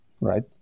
right